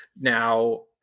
Now